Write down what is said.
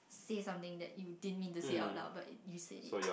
say something that you didn't me the say out lah but it you say